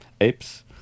Apes